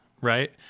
right